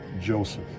Joseph